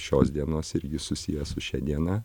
šios dienos ir jis susijęs su šia diena